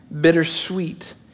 Bittersweet